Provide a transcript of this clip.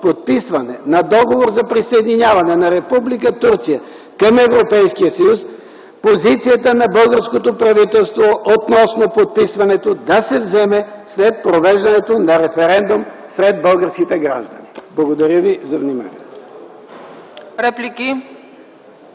на договор за присъединяване на Република Турция към Европейския съюз, позицията на българското правителство относно подписването, да се вземе след провеждането на референдум сред българските граждани. Благодаря ви за вниманието.